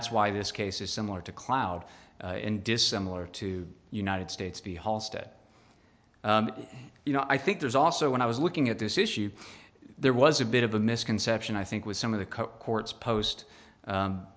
that's why this case is similar to cloud in dissimilar to united states v hall stat you know i think there's also when i was looking at this issue there was a bit of a misconception i think with some of the court's post